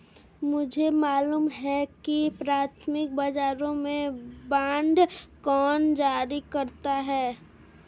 मुझे मालूम है कि प्राथमिक बाजारों में बांड कौन जारी करता है